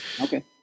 Okay